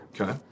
Okay